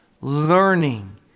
learning